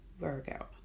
Virgo